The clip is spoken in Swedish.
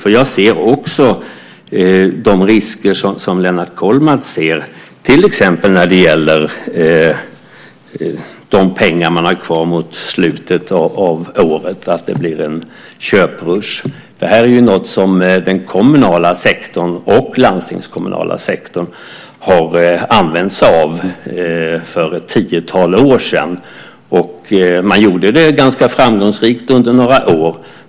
För jag ser också de risker som Lennart Kollmats ser, till exempel när det gäller de pengar man har kvar mot slutet av året, att det blir en köprusch. Det här var något som den kommunala sektorn och den landstingskommunala sektorn använde sig av för ett tiotal år sedan. Man gjorde det ganska framgångsrikt under några år.